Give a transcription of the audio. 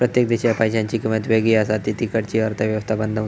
प्रत्येक देशाच्या पैशांची किंमत वेगळी असा ती तिकडची अर्थ व्यवस्था बनवता